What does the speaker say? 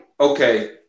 Okay